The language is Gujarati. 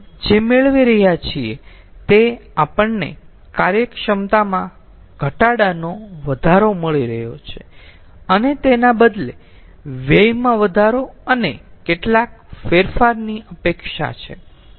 તેથી આપણે જે મેળવી રહ્યા છીએ તે આપણને કાર્યક્ષમતામાં ઘટાડાનો વધારો મળી રહ્યો છે અને તેના બદલે વ્યયમાં વધારો અને કેટલાક ફેરફારની અપેક્ષા છે